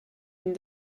une